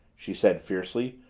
she said fiercely.